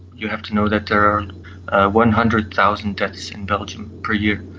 you have to know that there are one hundred thousand deaths in belgium per year,